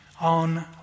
on